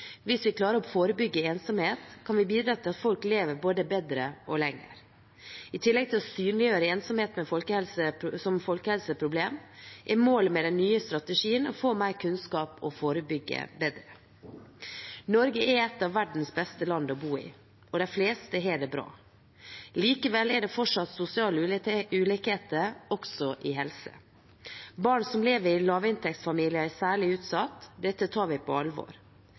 Hvis vi klarer å forebygge ensomhet, kan vi bidra til at folk lever både bedre og lenger. I tillegg til å synliggjøre ensomhet som et folkehelseproblem er målet med den nye strategien å få mer kunnskap og å forebygge bedre. Norge er et av verdens beste land å bo i, og de fleste har det bra. Likevel er det fortsatt sosiale ulikheter, også i helse. Barn som lever i lavinntektsfamilier, er særlig utsatt. Dette tar vi på alvor.